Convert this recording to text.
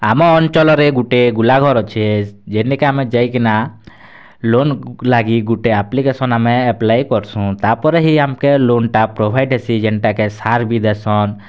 ଆମ ଅଞ୍ଚଲରେ ଗୋଟେ ଗୁଲା ଘର୍ ଅଛେ ଯେନେକି ଆମେ ଯାଇକିନା ଲୋନ୍ ଲାଗି ଗୋଟେ ଆପ୍ଲିକେସନ୍ ଆମେ ଆପ୍ଲାଏ କରସୁଁ ତା'ପରେ ହିଁ ଆମକେ ଲୋନ୍ଟା ପ୍ରୋଭାଇଡ଼୍ ହେସି ଯେନଟାକେ ସାର୍ ବି ଦେସନ୍